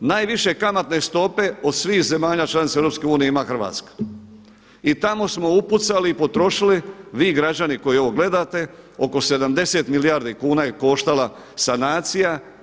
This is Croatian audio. Najviše kamatne stope od svih zemalja članica EU ima Hrvatska i tamo smo upucali i potrošili vi građani koji ovo gledate oko 70 milijardi kuna je koštala sanacija.